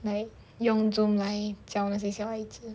like 用 zoom 来教那些小孩子